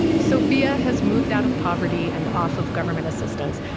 sophia has moved out of poverty and off of government assistance,